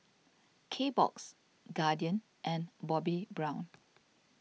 Kbox Guardian and Bobbi Brown